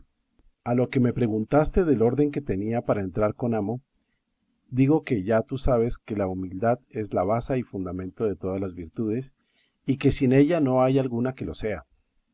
a lo que me preguntaste del orden que tenía para entrar con amo digo que ya tú sabes que la humildad es la basa y fundamento de todas virtudes y que sin ella no hay alguna que lo sea